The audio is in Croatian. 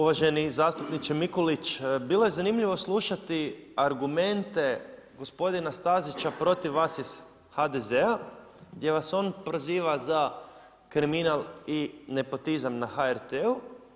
Uvaženi zastupniče Mikulić, bilo je zanimljivo slušati argumente gospodina Stazić protiv vas iz HDZ-a gdje vas on proziva za kriminal i nepotizam na HRT-u.